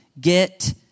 Get